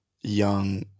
young